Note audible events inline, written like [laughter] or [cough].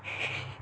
[laughs]